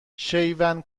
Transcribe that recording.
شیون